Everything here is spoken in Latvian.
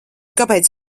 kāpēc